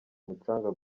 umucanga